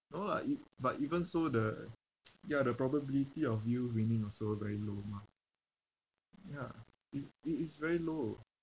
no lah ev~ but even so the ya the probability of you winning also very low mah ya it's it is very low